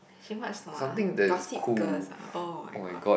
she watch 什么 ah Gossip Girls ah oh-my-god